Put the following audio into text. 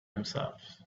himself